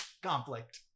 conflict